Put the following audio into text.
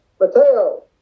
Mateo